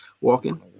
walking